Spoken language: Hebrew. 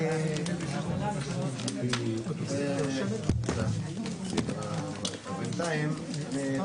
בשעה 14:05.